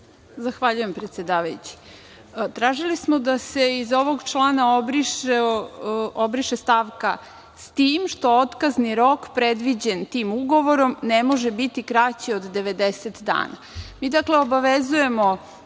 Zahvaljujem, predsedavajući. Tražili smo da se iz ovog člana obriše stavka: „s tim što otkazni rok predviđen tim ugovorom ne može biti kraći od 90 dana“. Mi, dakle, obavezujemo